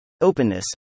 Openness